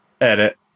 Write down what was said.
Edit